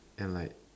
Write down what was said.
and like